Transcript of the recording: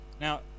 Now